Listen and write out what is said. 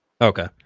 Okay